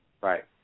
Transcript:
Right